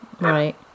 Right